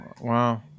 Wow